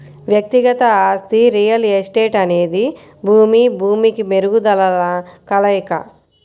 వ్యక్తిగత ఆస్తి రియల్ ఎస్టేట్అనేది భూమి, భూమికి మెరుగుదలల కలయిక